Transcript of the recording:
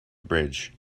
bridge